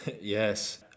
Yes